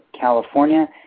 California